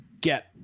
get